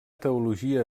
teologia